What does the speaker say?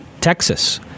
Texas